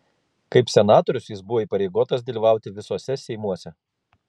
kaip senatorius jis buvo įpareigotas dalyvauti visuose seimuose